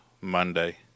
Monday